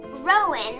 Rowan